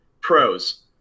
Pros